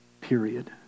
Period